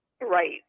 Right